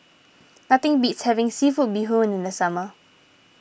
nothing beats having Seafood Bee Hoon in the summer